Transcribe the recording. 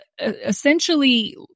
essentially